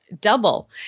double